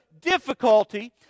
difficulty